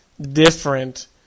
different